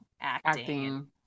acting